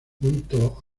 junto